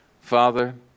Father